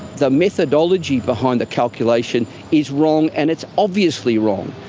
the methodology behind the calculation is wrong and it's obviously wrong.